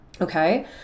Okay